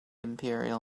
imperial